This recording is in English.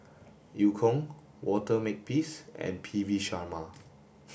Eu Kong Walter Makepeace and P V Sharma